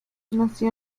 nació